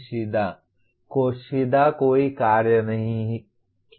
सीधा कोई कार्य क्रिया नहीं है